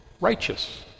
righteous